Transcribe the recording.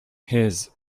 his